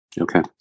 Okay